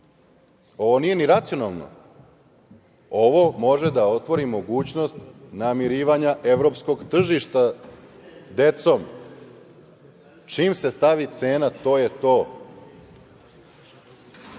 Ovo nije ni racionalno. Ovo može da otvori mogućnost namirivanja evropskog tržišta decom. Čim se stavi cena, to je